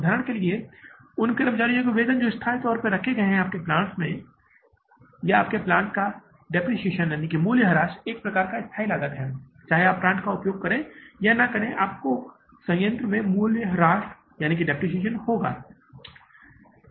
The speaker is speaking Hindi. उदाहरण के लिए उन कर्मचारियों का वेतन जो स्थायी आधार पर रखे गए हैं या प्लांट्स का मूल्यह्रास एक प्रकार का है आप इसे स्थायी लागत के रूप में कह सकते हैं कि चाहे आप संयंत्र का उपयोग करते हैं या आप उस प्लांट्स का उपयोग नहीं करते हैं आपके संयंत्र का मूल्यह्रास हो रहा है